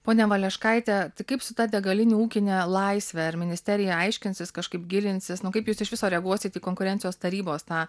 ponia valeškaite tik kaip su ta degalinių ūkine laisve ar ministerija aiškinsis kažkaip gilinsis nu kaip jūs iš viso reaguosit į konkurencijos tarybos tą